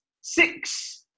six